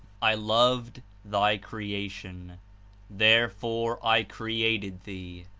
i loved thy creation therefore i created thee.